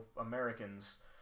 Americans